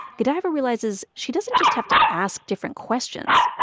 godaiva realizes she doesn't just have to ask different questions.